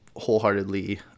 wholeheartedly